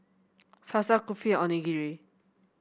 Salsa Kulfi Onigiri